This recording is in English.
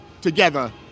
together